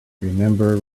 remember